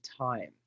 time